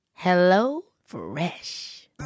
HelloFresh